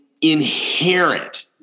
inherent